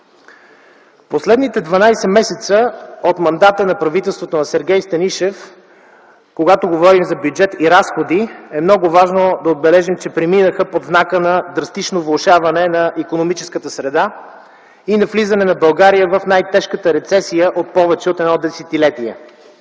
последните 12 месеца от мандата на правителството на Сергей Станишев, когато говорим за бюджет и разходи, е много важно да отбележим, че преминаха под знака на драстично влошаване на икономическата среда и навлизане на България в най-тежката рецесия от повече от едно десетилетие.